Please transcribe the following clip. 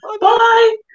bye